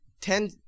ten